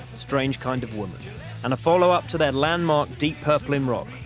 strange kind of woman and a follow-up to their landmark deep purple in rock,